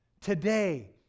today